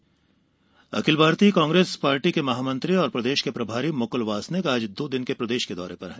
वासनिक अखिल भारतीय कांग्रेस पार्टी के महामंत्री और प्रदेश के प्रभारी मुकुल वासनिक आज दो दिन के प्रदेश दौरे पर है